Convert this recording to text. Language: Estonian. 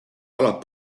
jalad